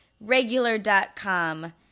regular.com